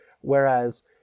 whereas